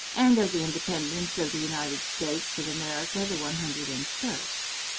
and of the independence of the united states of america the one hundred and first.